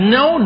no